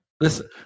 Listen